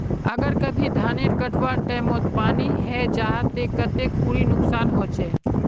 अगर कभी धानेर कटवार टैमोत पानी है जहा ते कते खुरी नुकसान होचए?